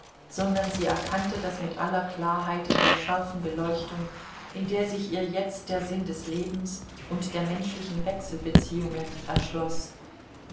sondern sie erkannte das mit aller klarheit in der scharfen beleuchtung in der sich ihr jetzt der sinn des lebens und der menschlichen wechselbeziehungen erschloß